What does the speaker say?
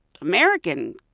American